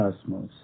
cosmos